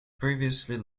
previously